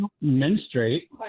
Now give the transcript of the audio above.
menstruate